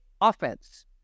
offense